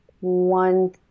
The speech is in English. one